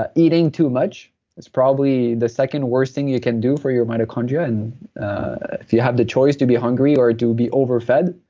ah eating too much is probably the second worst thing you can do for your mitochondria, and if you have the choice to be hungry or to be overfed,